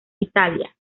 italia